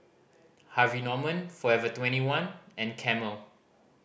Harvey Norman Forever Twenty one and Camel